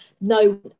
no